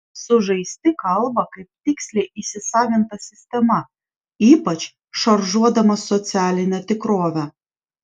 sužaisti kalba kaip tiksliai įsisavinta sistema ypač šaržuodamas socialinę tikrovę